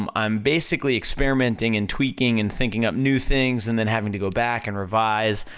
um i'm basically experimenting and tweaking and thinking up new things, and then having to go back and revise.